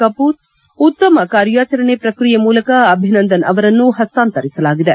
ಕಪೂರ್ ಉತ್ತಮ ಕಾರ್ಯಾಚರಣೆ ಪ್ರಕ್ರಿಯೆ ಮೂಲಕ ಅಭಿನಂದನ್ ಅವರನ್ನು ಪಸ್ತಾಂತರಿಸಲಾಗಿದೆ